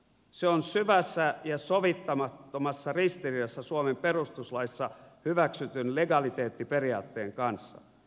se on syvässä ja sovittamattomassa ristiriidassa suomen perustuslaissa hyväksytyn legaliteettiperiaatteen kanssa